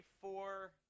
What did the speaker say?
four